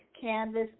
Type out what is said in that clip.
canvas